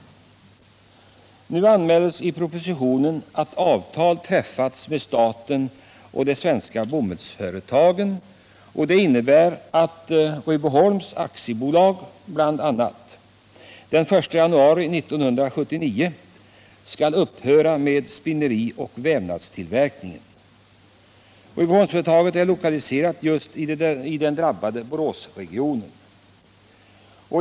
Nu anmäls i propositionen att avtal träffats mellan staten och de svenska bomullsföretagen, innebärande att Rydboholms AB den 1 januari 1979 skall upphöra med spinneri och vävnadstillverkning. Rydboholmsföretaget är lokaliserat just i den drabbade Boråsregionen.